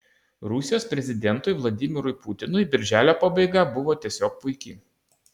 rusijos prezidentui vladimirui putinui birželio pabaiga buvo tiesiog puiki